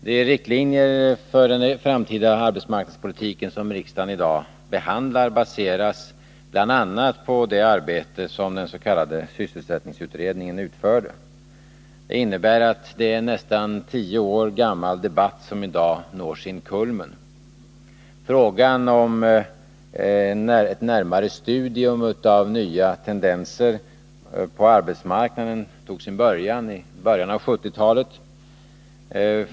De riktlinjer för den framtida arbetsmarknadspolitiken som riksdagen i dag behandlar baseras bl.a. på det arbete som den s.k. sysselsättningsutredningen utfört. Det är alltså en nästan tio år gammal debatt som i dag når sin kulmen. Frågan om närmare studium av nya tendenser på arbetsmarknaden togs upp i början av 1970-talet.